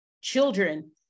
children